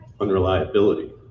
unreliability